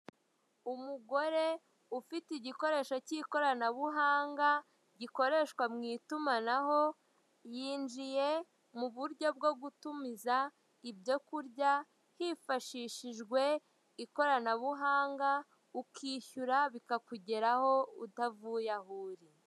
Umugore ufite igikoresho cy'ikoranabuhanga gikoreshwa mu itumanaho, yinjiye mu buryo bwo gutumiza ibyo kurya hifashishijwe ikoranabuhanga, ukishyura bikakugeraho utavuye aho uri.